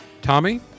Tommy